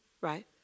Right